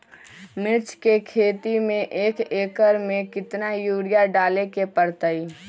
मिर्च के खेती में एक एकर में कितना यूरिया डाले के परतई?